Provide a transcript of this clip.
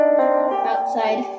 outside